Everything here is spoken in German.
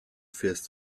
fährst